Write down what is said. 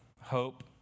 hope